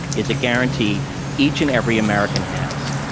is a guarantee each and every american has.